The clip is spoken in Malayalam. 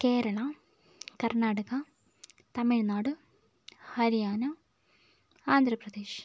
കേരളം കർണാടക തമിഴ്നാട് ഹരിയാന ആന്ധ്രാപ്രദേശ്